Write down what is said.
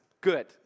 good